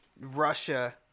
Russia